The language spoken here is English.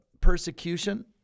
persecution